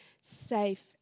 safe